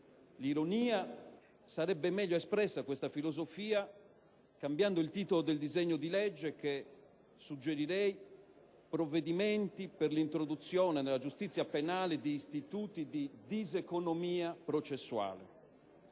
l'ironia - sarebbe meglio espressa questa filosofia cambiando il titolo del disegno di legge. Suggerirei: «Provvedimenti per l'introduzione nella giustizia penale di istituti di diseconomia processuale».